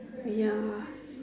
ya